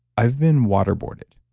i've been waterboarded.